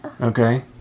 Okay